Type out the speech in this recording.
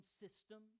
system